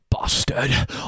bastard